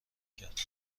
کرد